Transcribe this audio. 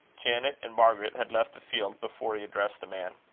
janet and margaret had left the field before he addressed the man.